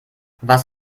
was